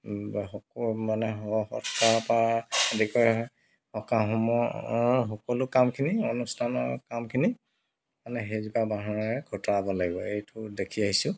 মানে সৎকাৰৰ পৰা আদি কৰি সকামসমূহৰ সকলো কামখিনি অনুষ্ঠানৰ কামখিনি মানে সেই জোপা বাঁহৰে কটাব লাগিব এইটো দেখি আহিছোঁ